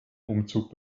umzug